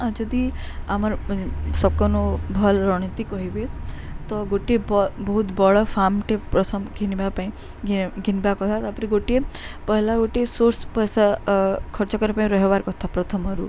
ଆଉ ଯଦି ଆମର ସକନ ଭଲ ରଣୀତି କହିବେ ତ ଗୋଟିଏ ବହୁତ ବଡ଼ ଫାର୍ମଟେ ପ୍ରଥମ କିଣିବା ପାଇଁ ଘିନ୍ବା କଥା ତା'ପରେ ଗୋଟିଏ ପହିଲା ଗୋଟିଏ ସୋର୍ସ ପଇସା ଖର୍ଚ୍ଚ କରିବା ପାଇଁ ରହବାର୍ କଥା ପ୍ରଥମରୁ